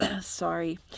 Sorry